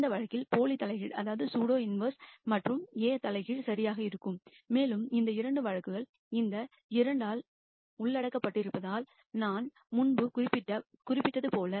இந்த இடத்தில் pseudo inverse மற்றும் A இன்வெர்ஸ் சரியாக இருக்கும் மேலும் இந்த 2 எடுத்துக்காட்டுகள் இந்த 2 ஆல் உள்ளடக்கப்பட்டிருப்பதால் நான் முன்பு குறிப்பிட்டது போல